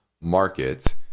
market